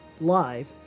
live